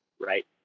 right